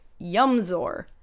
Yumzor